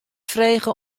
frege